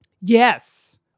Yes